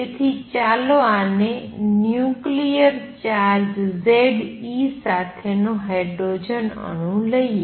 તેથી ચાલો આને ન્યુક્લિયર ચાર્જ Z e સાથે નો હાઇડ્રોજન અણુ લઈએ